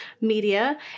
media